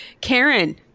Karen